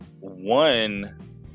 one